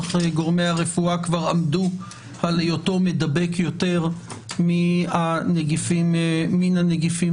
אך גורמי הרפואה כבר עמדו על היותו מדבק יותר מהנגיפים הקודמים.